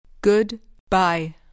Goodbye